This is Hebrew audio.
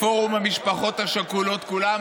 לפורום המשפחות השכולות כולן,